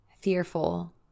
fearful